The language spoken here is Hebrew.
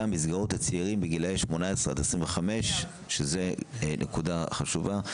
מסגרות לצעירים בגילאי 18 עד 25. שזו נקודה חשובה.